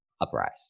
uprise